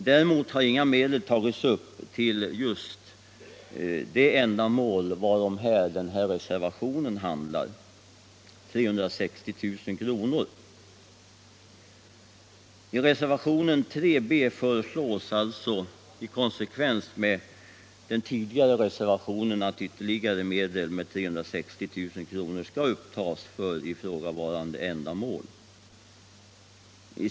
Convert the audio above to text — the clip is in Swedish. Däremot har inga medel tagits upp till just det ändamål varom denna reservation handlar, beräknade av SCB till 360 000 kr. I reservationen 3 b föreslås därför, i konsekvens med reservationen 2, att ytterligare medel skall upptas med 360 000 kr. för ifrågavarande ändamål.